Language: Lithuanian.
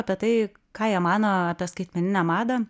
apie tai ką jie mano apie skaitmeninę madą